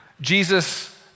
Jesus